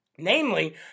Namely